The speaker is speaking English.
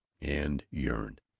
and yearned